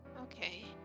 Okay